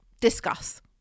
Discuss